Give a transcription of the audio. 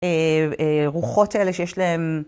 רוחות האלה שיש להן.